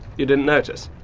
you didn't notice?